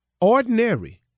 ordinary